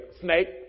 Snake